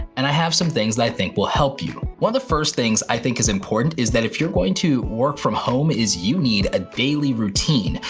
and i have some things that i think will help you. one of the first things i think is important is that if you're going to work from home is you need a daily routine.